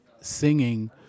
singing